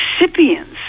recipients